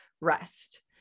rest